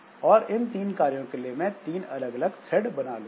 और इन 3 कार्यों के लिए मैं तीन अलग अलग थ्रेड बना लूंगा